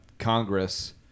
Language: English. Congress